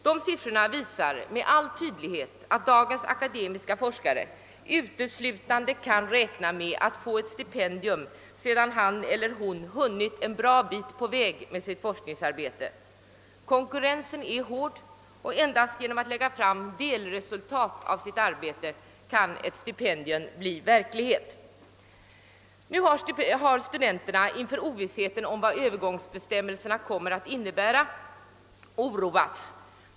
De siffrorna visar med all tydlighet att dagens akademiska forskare kan räkna med att få ett stipendium först sedan han eller hon hunnit en bra bit på väg med sitt forskningsarbete. - Konkurrensen = är hård, och endast genom att lägga fram delresultat av sitt arbete kan man få ett stipendium. Nu har studenterna inför ovissheten om vad övergångsbestämmelserna kommer att innebära oroats.